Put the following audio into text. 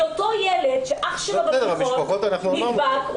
אותו ילד שאח שלו בתיכון נדבק,